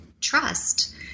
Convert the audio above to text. trust